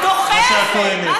כל הזמן מנופף באצבע,